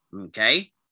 Okay